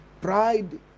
Pride